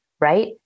right